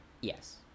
Yes